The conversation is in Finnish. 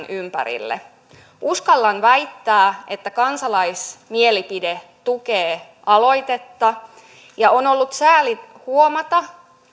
ympärilleen uskallan väittää että kansalaismielipide tukee aloitetta ja on ollut sääli huomata